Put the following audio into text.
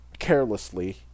carelessly